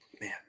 man